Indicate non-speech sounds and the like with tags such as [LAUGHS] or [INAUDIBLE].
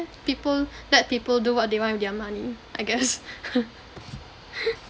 people let people do what they want with their money I guess [LAUGHS]